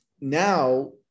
Now